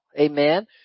amen